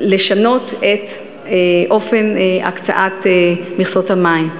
לשנות את אופן הקצאת מכסות המים.